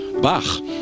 Bach